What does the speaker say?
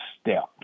step